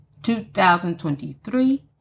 2023